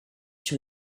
sur